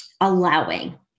allowing